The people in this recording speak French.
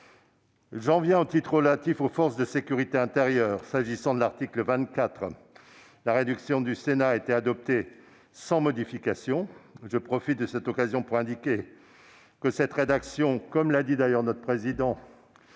J'en viens au titre relatif aux forces de sécurité intérieure. S'agissant de l'article 24, la rédaction du Sénat a été adoptée sans modification. Je profite de cette occasion pour indiquer que cette rédaction, comme l'a dit notre président